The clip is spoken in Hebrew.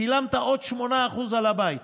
שילמת עוד 8% על הבית.